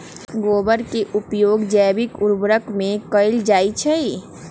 गोबर के उपयोग जैविक उर्वरक में कैएल जाई छई